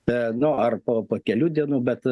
ten nu ar o p po kelių dienų bet